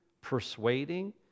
persuading